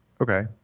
Okay